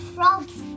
Frog's